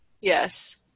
Yes